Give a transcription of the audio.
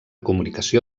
comunicació